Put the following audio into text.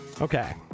Okay